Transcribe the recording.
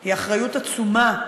היא אחריות עצומה,